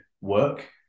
work